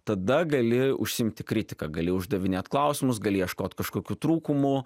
tada gali užsiimti kritika gali uždavinėt klausimus gali ieškot kažkokių trūkumų